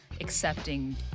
accepting